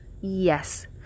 Yes